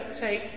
take